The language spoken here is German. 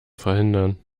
verhindern